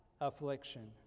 affliction